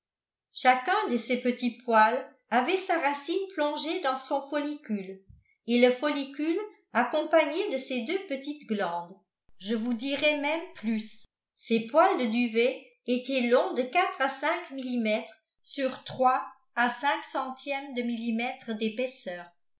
chacun de ces petits poils avait sa racine plongée dans son follicule et le follicule accompagné de ses deux petites glandes je vous dirai même plus ces poils de duvet étaient longs de quatre à cinq millimètres sur trois à cinq centièmes de millimètres d'épaisseur